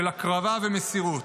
של הקרבה ומסירות.